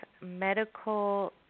medical